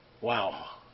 Wow